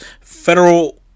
Federal